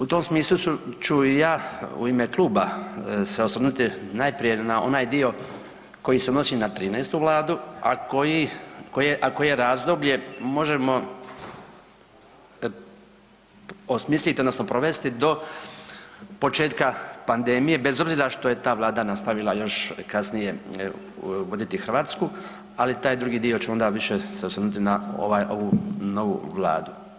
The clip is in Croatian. U tom smislu ću i ja u ime kluba se osvrnuti najprije na onaj dio koji se odnosi na 13. vladu, a koje razdoblje možemo osmisliti odnosno provesti do početka panedmije bez obzira što je ta vlada nastavila još kasnije voditi Hrvatsku, ali taj drugi dio ću onda se više osvrnuti na ovu Vladu.